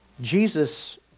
Jesus